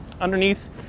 Underneath